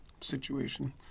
situation